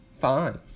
fine